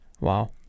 Wow